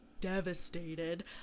devastated